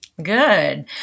Good